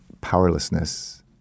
powerlessness